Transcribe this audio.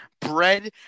bread